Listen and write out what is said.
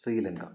Sri Lanka